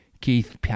Keith